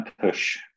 push